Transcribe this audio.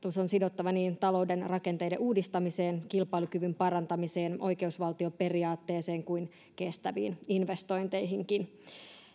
on sidottava niin talouden rakenteiden uudistamiseen kilpailukyvyn parantamiseen oikeusvaltioperiaatteeseen kuin kestäviin investointeihinkin